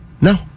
No